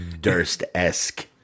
durst-esque